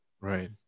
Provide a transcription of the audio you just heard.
Right